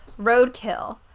Roadkill